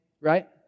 right